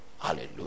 Hallelujah